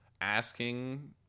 asking